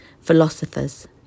Philosophers